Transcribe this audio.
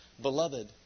Beloved